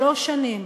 שלוש שנים